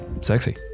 sexy